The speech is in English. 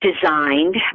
designed